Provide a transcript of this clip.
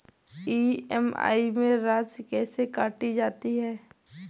EMI में राशि कैसे काटी जाती है?